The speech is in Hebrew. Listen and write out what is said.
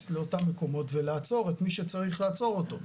לאותם מקומות ולעצור את מי שצריך לעצור אותו.